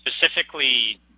Specifically